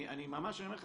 אני אומר לך